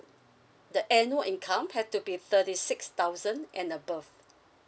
the annual income have to be thirty six thousand and above